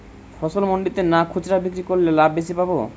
ফসল মন্ডিতে না খুচরা বিক্রি করলে লাভ বেশি পাব?